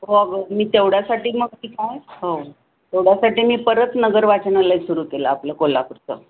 हो अगं मी तेवढ्यासाठी मग ते काय हो तेवढ्यासाठी मी परत नगर वाचनालय सुरू केलं आपलं कोल्हापूरचं